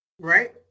right